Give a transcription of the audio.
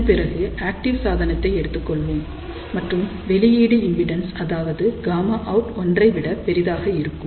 இதன் பிறகு ஆக்டிவ் சாதனத்தை எடுத்துக் கொள்வோம் மற்றும் வெளியீடு இம்பிடன்ஸ் அதாவது Γ அவுட் ஒன்றை விட பெரிதாக இருக்கும்